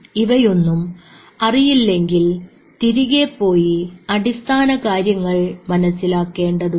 ഇവയൊന്നും അറിയില്ലെങ്കിൽ തിരികെ പോയി അടിസ്ഥാന കാര്യങ്ങൾ മനസ്സിലാക്കേണ്ടതുണ്ട്